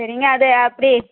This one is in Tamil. சரிங்க அது அப்படி